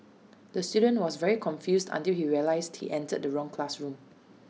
the student was very confused until he realised he entered the wrong classroom